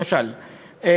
למשל,